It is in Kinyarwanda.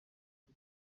ndi